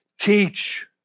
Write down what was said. teach